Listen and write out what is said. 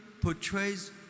portrays